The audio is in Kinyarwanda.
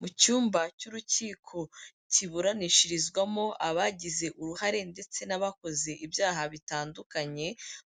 Mu cyumba cy'urukiko kiburanishirizwamo abagize uruhare ndetse n'abakoze ibyaha bitandukanye